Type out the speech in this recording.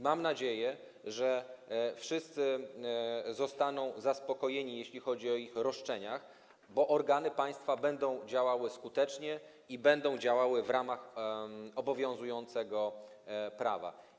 Mam nadzieję, że wszyscy zostaną zaspokojeni, jeśli chodzi o ich roszczenia, bo organy państwa będą działały skutecznie i będą działały w ramach obowiązującego prawa.